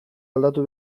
aldatu